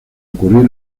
ocurrir